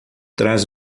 traz